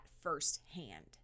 firsthand